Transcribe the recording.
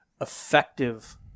effective